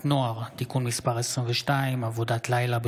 מתכבד להודיעכם,